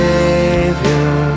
Savior